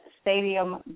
stadium